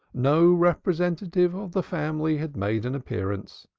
no representative of the family had made an appearance.